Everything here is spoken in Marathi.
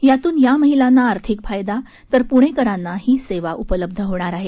यातून या महिलांना आर्थिक फायदा तर पुणेकराना ही सेवा उपलब्ध होणार आहे